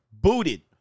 booted